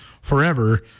forever